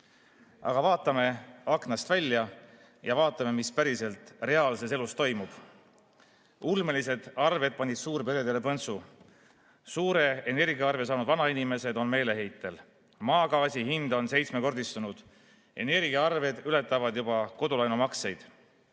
Aga vaatame aknast välja ja vaatame, mis päriselt reaalses elus toimub. "Ulmelised arved panid suurperedele põntsu", "Suure energiaarve saanud vanainimesed on meeleheitel", "Maagaasi hind on seitsmekordistunud, energiaarved ületavad juba kodulaenumakseid"